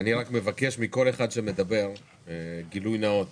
אני מבקש מכל אחד שמדבר גילוי נאות